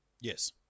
Yes